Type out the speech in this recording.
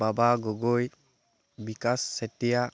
বাবা গগৈ বিকাশ চেতিয়া